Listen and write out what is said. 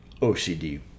OCD